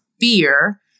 fear